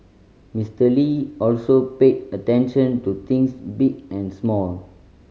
Mister Lee also paid attention to things big and small